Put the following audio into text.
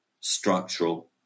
structural